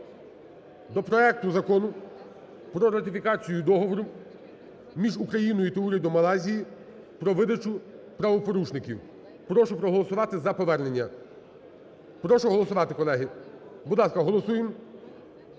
до проекту Закону про ратифікацію Договору між Україною та Урядом Малайзії про видачу правопорушників. Прошу проголосувати за повернення. Прошу голосувати, колеги. Будь ласка, голосуємо.